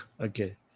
Okay